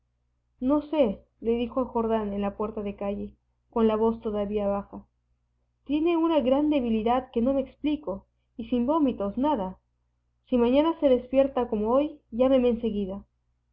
absolutos no sé le dijo a jordán en la puerta de calle con la voz todavía baja tiene una gran debilidad que no me explico y sin vómitos nada si mañana se despierta como hoy llámeme